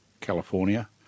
California